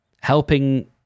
helping